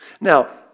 Now